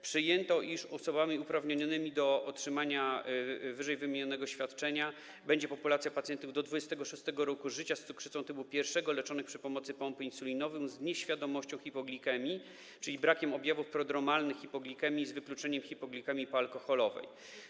Przyjęto, iż osobami uprawnionymi do otrzymania ww. świadczenia będzie populacja pacjentów do 26. roku życia z cukrzycą typu 1, leczonych za pomocą pompy insulinowej, z nieświadomością hipoglikemii, czyli brakiem objawów prodromalnych hipoglikemii, z wykluczeniem hipoglikemii poalkoholowej.